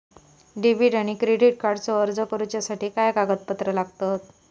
Debit आणि credit कार्डचो अर्ज करुच्यासाठी काय कागदपत्र लागतत?